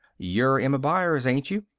you're emma byers, ain't you?